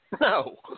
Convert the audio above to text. No